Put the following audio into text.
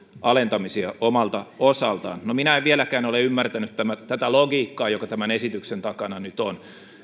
alentamisia omalta osaltaan no minä en vieläkään ole ymmärtänyt logiikkaa joka tämän esityksen takana nyt on